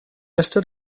ystod